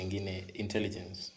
intelligence